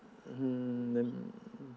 mm